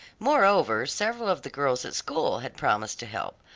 moreover several of the girls at school had promised to help,